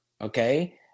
Okay